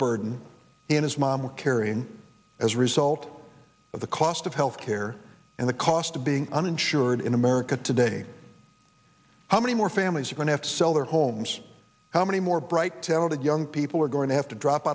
burden in his mama carrying as a result of the cost of health care and the cost of being uninsured in america today how many more families are going to have to sell their homes how many more bright talented young people are going to have to drop